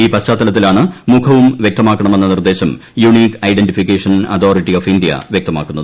ഈ പശ്ചാത്തലത്തിലാണ് മുഖ്യും വ്യക്തമാക്കണമെന്ന നിർദ്ദേശം unique identification authority of India വ്യക്തമാക്കുന്നത്